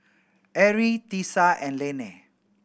Arie Tisa and Lainey